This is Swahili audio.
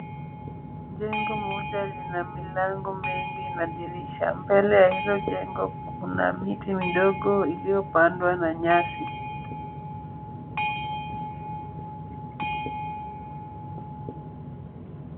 Jengo moja lina milango mengi na dirisha. Mbele ya hilo jengo kuna miti midogo iliyopandwa na nyasi.